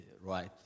right